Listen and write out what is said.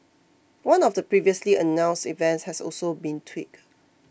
one of the previously announced events has also been tweaked